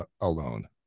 alone